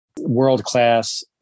world-class